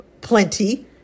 plenty